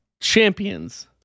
Champions